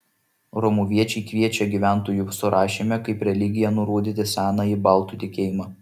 romuviečiai kviečia gyventojų surašyme kaip religiją nurodyti senąjį baltų tikėjimą